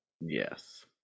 Yes